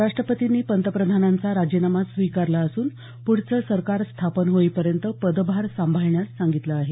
राष्ट्रपतींनी पंतप्रधानांचा राजीनामा स्वीकारला असून पुढचं सरकार स्थापन होईपर्यंत पदभार सांभाळण्यास सांगितलं आहे